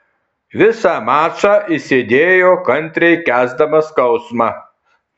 visą mačą išsėdėjo kantriai kęsdamas skausmą